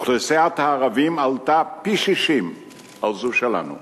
אוכלוסיית הערבים עלתה פי-60 על זו שלנו.